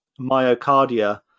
myocardia